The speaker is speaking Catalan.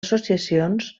associacions